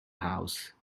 house